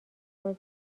باز